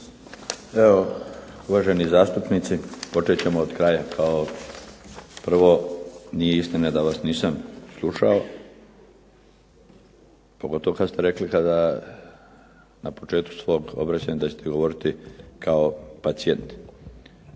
Evo uvaženi zastupnici počet ćemo od kraja. Prvo nije istina da vas nisam slušao, pogotovo kada ste rekli na početku svoga obraćanja da ćete govoriti kao pacijent.